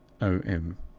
o. m.